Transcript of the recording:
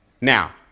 Now